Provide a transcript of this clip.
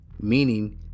Meaning